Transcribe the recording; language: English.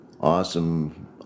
Awesome